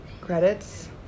credits